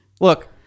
Look